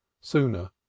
sooner